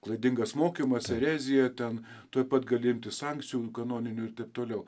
klaidingas mokymas erezija ten tuoj pat gali imtis sankcijų kanoninių ir taip toliau